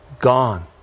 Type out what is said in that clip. gone